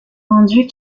vendus